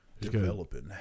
developing